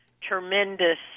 tremendous